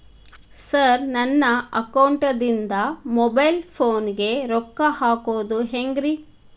Sir ನನ್ನ ಅಕೌಂಟದಿಂದ mobile ಫೋನಿಗೆ ರೊಕ್ಕ ಹಾಕೋದು ಹೆಂಗ್ರಿ?